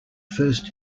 first